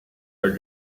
are